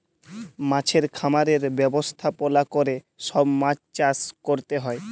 মাছের খামারের ব্যবস্থাপলা ক্যরে সব মাছ চাষ ক্যরতে হ্যয়